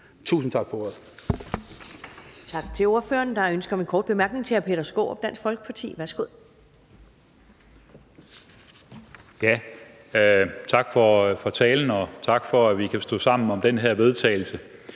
Tusind tak for ordet.